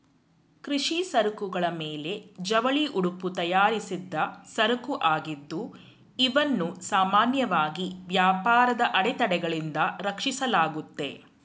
ಕೃಷಿ ಸರಕುಗಳ ಮೇಲೆ ಜವಳಿ ಉಡುಪು ತಯಾರಿಸಿದ್ದ ಸರಕುಆಗಿದ್ದು ಇವನ್ನು ಸಾಮಾನ್ಯವಾಗಿ ವ್ಯಾಪಾರದ ಅಡೆತಡೆಗಳಿಂದ ರಕ್ಷಿಸಲಾಗುತ್ತೆ